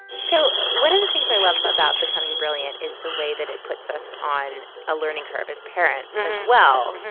so one of the things i love about becoming brilliant is the way that it puts us on a learning curve as parents as well.